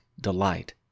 delight